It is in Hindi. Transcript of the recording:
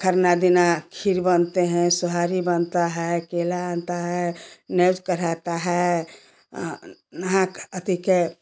खरना दिन में खीर बनते हैं सोहारी बनता है केला आता है नेउर कराता है अ नहा खा ती के